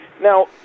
Now